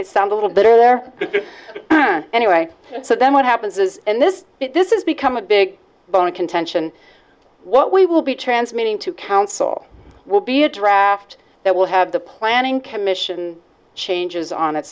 it sounds a little better there anyway so then what happens is this this is become a big bone of contention what we will be transmitting to council will be a draft that will have the planning commission changes on it